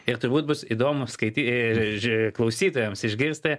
ir turbūt bus įdomu klausytojams išgirsti